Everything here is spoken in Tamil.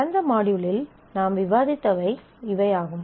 கடந்த மாட்யூலில் நாம் விவாதித்தவை இவை ஆகும்